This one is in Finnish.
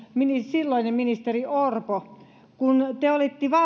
silloinen ministeri orpo te olitte